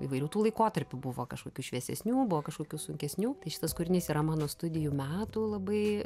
įvairių tų laikotarpių buvo kažkokių šviesesnių buvo kažkokių sunkesnių tai šitas kūrinys yra mano studijų metų labai